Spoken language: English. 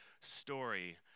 story